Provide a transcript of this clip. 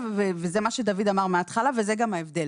וזה מה שדוד אמר מהתחלה וזה גם ההבדל.